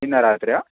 నిన్న రాత్రా